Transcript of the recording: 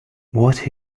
what